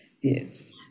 Yes